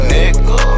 Nigga